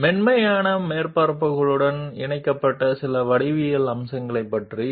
ఇప్పుడు smooth surface లతో అనుసంధానించబడిన కొన్ని రేఖాగణిత లక్షణాల గురించి కొంత చర్చ ఉంది